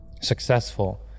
successful